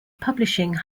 publishing